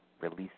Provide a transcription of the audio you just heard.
release